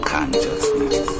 Consciousness